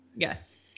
Yes